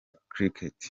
cricket